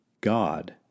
God